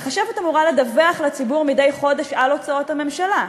החשבת אמורה לדווח לציבור מדי חודש על הוצאות הממשלה.